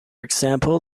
example